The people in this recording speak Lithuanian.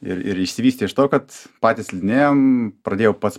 ir ir išsivystė iš to kad patys slidinėjam pradėjau pats